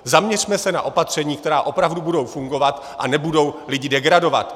Zaměřme se na opatření, která opravdu budou fungovat a nebudou lidi degradovat.